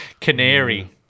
Canary